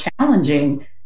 challenging